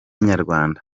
inyarwanda